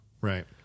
Right